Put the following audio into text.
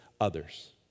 others